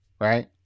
right